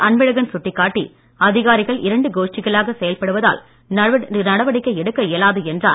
அன்பழகன் சுட்டிக்காட்டி அதிகாரிகள் இரண்டு கோஷ்டிகளாக செயல்படுவதால் நடவடிக்கை எடுக்க இயலாது என்றார்